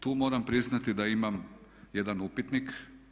Tu moram priznati da imam jedan upitnik.